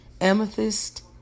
Amethyst